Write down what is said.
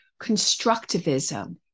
constructivism